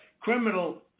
criminal